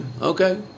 okay